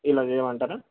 ఇలా చేయమంటారా